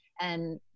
And-